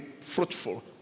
fruitful